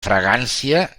fragància